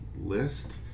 list